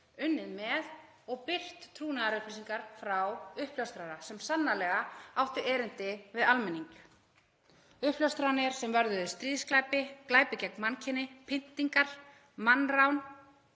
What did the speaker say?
unnið með og birt trúnaðarupplýsingar frá uppljóstrara sem sannarlega áttu erindi við almenning, uppljóstranir sem vörðuðu stríðsglæpi, glæpi gegn mannkyni, pyntingar, mannrán